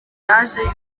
yaje